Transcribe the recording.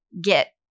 get